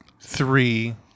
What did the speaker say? three